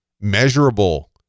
Measurable